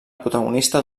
protagonista